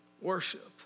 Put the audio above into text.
worship